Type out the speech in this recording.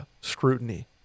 scrutiny